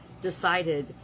decided